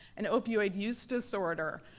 an opioid use disorder.